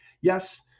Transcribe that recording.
Yes